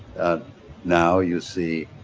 and now you see